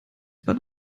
bahn